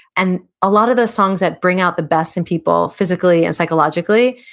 and a lot of the songs that bring out the best in people physically and psychologically,